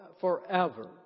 forever